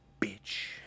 Bitch